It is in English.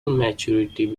maturity